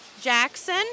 Jackson